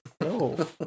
No